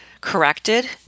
Corrected